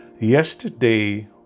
yesterday